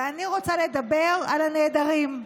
ואני רוצה לדבר על הנעדרים.